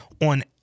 on